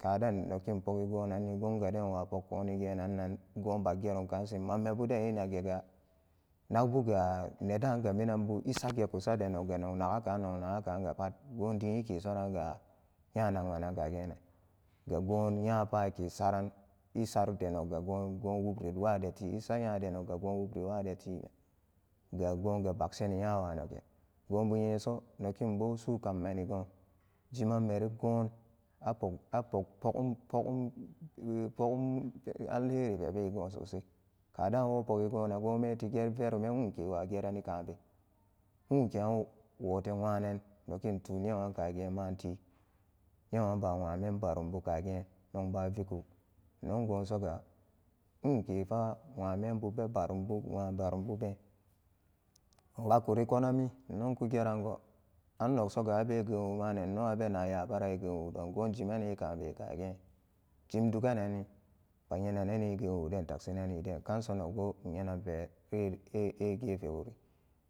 Kaden nogin pogi gonanni gongaden inwa pokuni genannan go baggerum kashi manmebuden enagiga nagbuga nedanga minanbu esageku sade noyga nognagakan nognagakanga pat go diiyi kesoranga nyanagmanan kage ne gogon nyapa akesaran esadde nogga e wub wadeti esa nyade nogga go wubriwadeti ga goga bakskeni nyawanoge gobu nyeso nokinbosuu kammenigon jiman men gon apok apok pogum pogum ealheribebego sosai kodan wo pogi gonan gonbe meti ged veniman wuke wa gerani kambe nwukeyan wote nwunan nogin tu newan kage mati. Newan baa kwaa mem baarumbu kage nogba viku inno gosoga nwukefa waa membu be baarumbu nwaan burumbuben nwakun konami inno ku gerango anno nogsoga abe geuwumane inno abena nyabara e geunwudon go jimane kambe kagen jimdagananni ba nyenanane geunwu taksinaniden ganso nogbo in nyenan pe e-egefewo